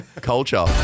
Culture